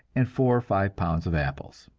and four or five pounds of apples.